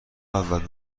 اول